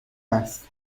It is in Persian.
است